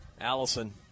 Allison